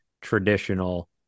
traditional